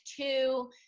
two